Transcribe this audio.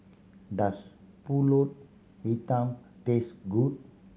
does Pulut Hitam taste good